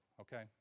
okay